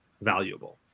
valuable